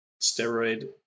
steroid